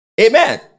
Amen